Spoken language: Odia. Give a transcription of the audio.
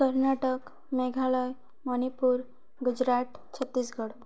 କର୍ଣ୍ଣାଟକ ମେଘାଳୟ ମଣିପୁର ଗୁଜୁରାଟ ଛତିଶଗଡ଼